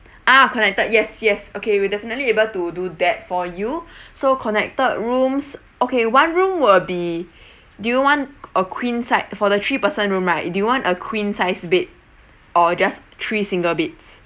ah connected yes yes okay we definitely able to do that for you so connected rooms okay one room will be do you want a queen si~ for the three person room right do you want a queen size bed or just three single beds